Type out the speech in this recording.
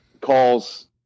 calls